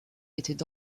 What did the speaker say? étaient